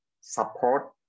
support